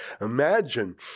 imagine